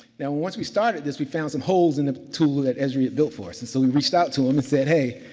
now, once we started this, we found some holes in the tool that esri had built for us. and so we reached out to him and said, hey,